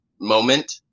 moment